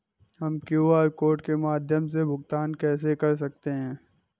हम QR code के माध्यम से भुगतान कैसे कर सकते हैं?